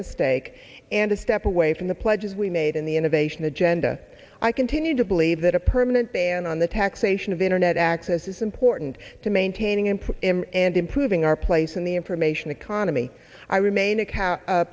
mistake and a step away from the pledges we made in the innovation agenda i continue to believe that a permanent ban on the taxation of internet access is important to maintaining and him and improving our place in the information economy i remain a cow